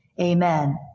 Amen